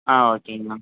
ஆ ஓகேங்கணா